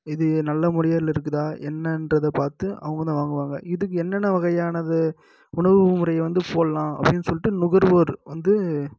இது நல்ல முறையில் இருக்குதா என்னன்றத பார்த்து அவங்கதான் வாங்குவாங்க இதுக்கு என்னென்ன வகையானது உணவு முறையை வந்து போடலாம் அப்படின்னு சொல்லிட்டு நுகர்வோர் வந்து